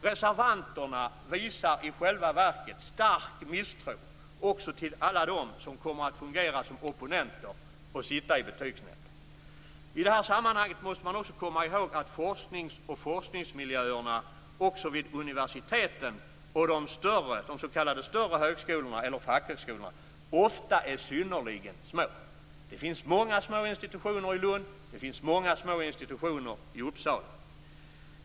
Reservanterna visar i själva verket stark misstro också mot alla dem som kommer att fungera som opponenter och sitta i betygsnämnden. I det här sammanhanget måste man komma ihåg att också forskningsmiljöerna vid universiteten och de s.k. större högskolorna eller fackhögskolorna ofta är synnerligen små. Det finns många små institutioner i Lund. Det finns många små institutioner i Uppsala.